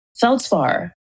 Feldspar